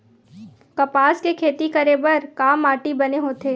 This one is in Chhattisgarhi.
कपास के खेती करे बर का माटी बने होथे?